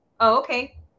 okay